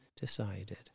decided